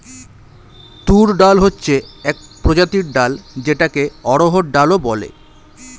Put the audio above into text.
তুর ডাল হচ্ছে এক প্রজাতির ডাল যেটাকে অড়হর ডাল ও বলে